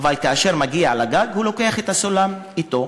אבל כאשר הוא מגיע לגג הוא לוקח את הסולם אתו